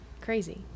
Crazy